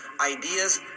ideas